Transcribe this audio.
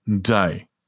day